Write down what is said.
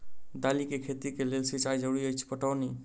दालि केँ खेती केँ लेल सिंचाई जरूरी अछि पटौनी?